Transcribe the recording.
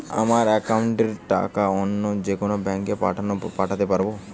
আমার একাউন্টের টাকা অন্য যেকোনো ব্যাঙ্কে পাঠাতে পারব?